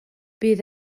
bydd